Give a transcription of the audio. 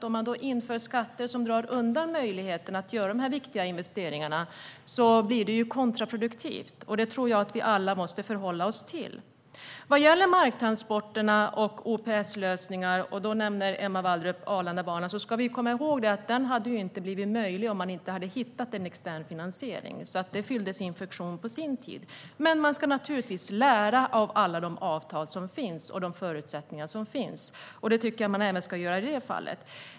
Om man inför skatter som drar undan möjligheten att göra de viktiga investeringarna blir det kontraproduktivt, och det tror jag att vi alla måste förhålla oss till. Sedan gäller det marktransporterna och OPS-lösningar. Emma Wallrup nämner Arlandabanan. Vi ska komma ihåg att den inte hade blivit möjlig om man inte hade hittat en extern finansiering. Det fyllde alltså sin funktion på sin tid. Men man ska naturligtvis lära av alla de avtal som finns och de förutsättningar som finns. Det tycker jag att man ska göra även i det fallet.